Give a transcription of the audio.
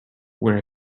where